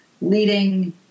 leading